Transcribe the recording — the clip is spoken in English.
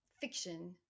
fiction